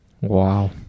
Wow